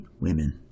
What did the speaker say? women